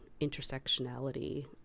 intersectionality